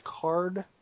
card